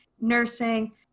nursing